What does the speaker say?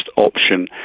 option